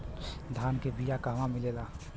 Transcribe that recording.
धान के बिया कहवा मिलेला?